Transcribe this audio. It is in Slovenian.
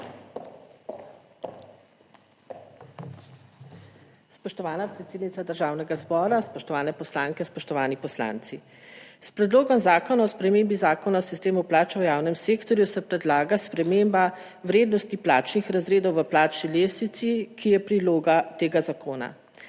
Spoštovana predsednica Državnega zbora, spoštovane poslanke, spoštovani poslanci! S predlogom zakona o spremembi Zakona o sistemu plač v javnem sektorju se predlaga sprememba vrednosti plačnih razredov v plačni lestvici, ki je priloga tega zakona.